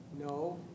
No